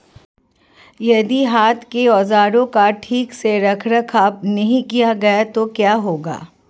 यदि हाथ के औजारों का ठीक से रखरखाव नहीं किया गया तो क्या होगा?